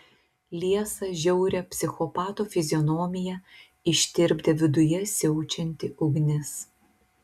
liesą žiaurią psichopato fizionomiją ištirpdė viduje siaučianti ugnis